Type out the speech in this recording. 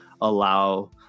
allow